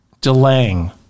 delaying